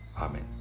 Amen